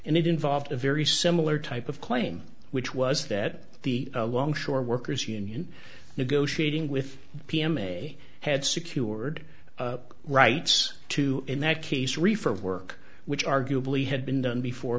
and it involved a very similar type of claim which was that the shore workers union negotiating with p m a had secured rights to in that case reefer work which arguably had been done before